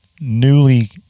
newly